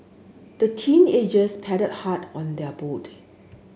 the teenagers paddled hard on their boat